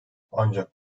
ancak